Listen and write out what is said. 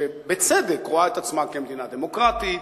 שבצדק רואה את עצמה כמדינה דמוקרטית,